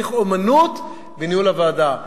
צריך אמנות בניהול הוועדה.